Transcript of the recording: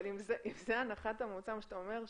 אם זו הנחת המוצא שאתה אומר,